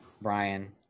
Brian